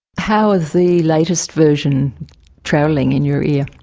how is the latest version travelling in your ear?